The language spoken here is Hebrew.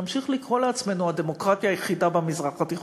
נמשיך לקרוא לעצמנו "הדמוקרטיה היחידה במזרח התיכון",